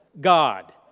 God